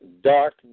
dark